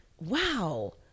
wow